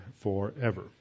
forever